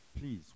please